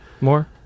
more